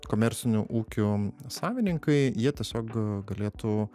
komercinių ūkių savininkai jie tiesiog galėtų